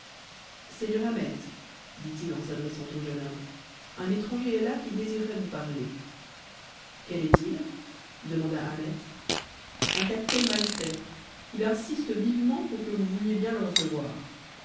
seigneur ahmet dit-il en s'adressant au jeune homme un étranger est là qui désirerait vous parler quel est-il demanda ahmet un capitaine maltais il insiste vivement pour que vous vouliez bien le recevoir